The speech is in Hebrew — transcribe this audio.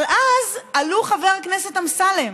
אבל אז עלה חבר הכנסת אמסלם,